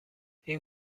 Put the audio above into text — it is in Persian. این